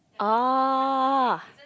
oh